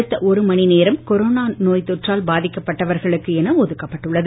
அடுத்த ஒரு மணி நேரம் கொரோனா நோய்த் தொற்றால் பாதிக்கப்பட்டவர்களுக்கு என ஒதுக்கப்பட்டுள்ளது